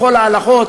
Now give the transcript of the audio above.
בכל ההלכות